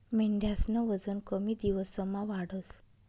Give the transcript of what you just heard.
मेंढ्यास्नं वजन कमी दिवसमा वाढस